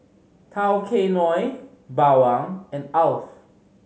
Tao Kae Noi Bawang and Alf